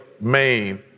Maine